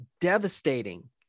devastating